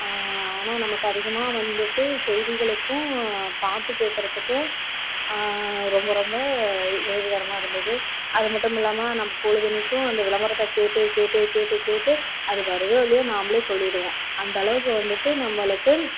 ஆனால் நமக்கு அதிகமாக வந்துவிட்டு செய்திகளுக்கும் பாட்டு கேட்குறதுக்கும் ரொம்ப ரொம்ப உதவிகரமாக இருந்தது அது மட்டும் இல்லாமல் நம்ப பொழுதெனைக்கும் அந்த விளம்பரத்தை கேட்டு கேட்டு கேட்டு கேட்டு அது வருதோ இல்லையோ நாம்பளே சொல்லிவிடுவோம் அந்த அளவுக்கு வந்துவிட்டு நம்பளுக்கு